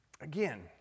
Again